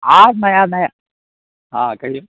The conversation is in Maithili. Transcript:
आब नया नया हँ कहिऔ